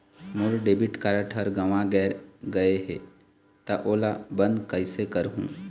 मोर debit card हर गंवा गैर गए हे त ओला बंद कइसे करहूं?